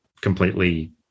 completely